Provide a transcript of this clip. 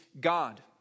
God